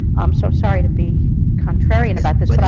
i'm so sorry to be contrarian about this,